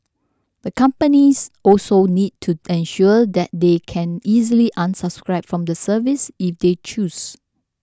the companies also need to ensure that they can easily unsubscribe from the service if they choose